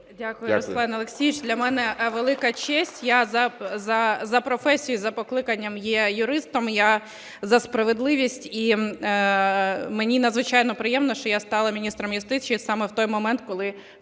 Дякую, Руслан Олексійович. Для мене велика честь, я за професією і за покликанням є юристом, я за справедливість, і мені надзвичайно приємно, що я стала міністром юстиції саме в той момент, коли